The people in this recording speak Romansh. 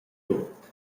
tut